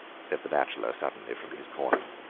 said the bachelor suddenly from his corner.